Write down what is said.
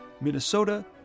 Minnesota